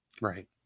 Right